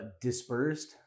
Dispersed